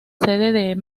sede